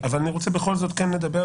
אבל אני רוצה בכל זאת לדבר,